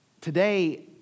today